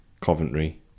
Coventry